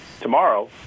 tomorrow